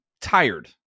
tired